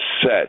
set